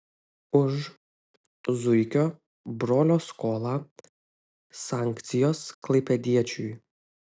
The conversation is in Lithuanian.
už zuikio brolio skolą sankcijos klaipėdiečiui